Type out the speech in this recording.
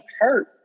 hurt